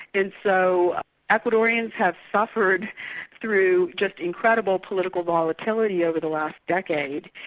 and so ecuadorians have suffered through just incredible political volatility over the last decade,